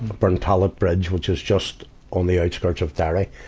burntollet bridge, which is just on the outskirts of derry.